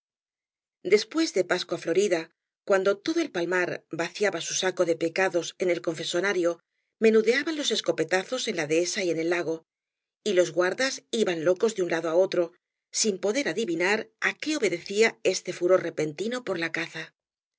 después de pascua florida cuando todo el palmar vaciaba su saco de pecados en el confeso nario menudeaban los escopetazos en la dehesa y en el lago y los guardas iban locos de un lado á otro sin poder adivinar á qué obedecía este fu ror repentino por la caza